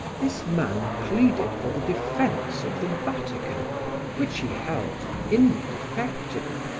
this man pleaded for the defense of the vatican which he held indefectible,